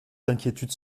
d’inquiétude